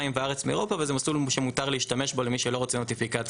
וארץ מאירופה וזה מסלול שמותר להשתמש בו למי שלא רוצה נוטיפיקציה.